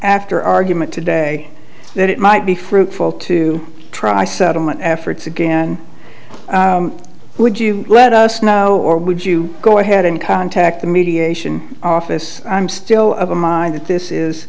fter argument today that it might be fruitful to try settlement efforts again would you let us know or would you go ahead and contact the mediation office i'm still of a mind that this is